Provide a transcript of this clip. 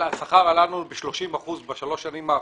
השכר עלה לנו ב-30 אחוזים בשלוש השנים האחרונות.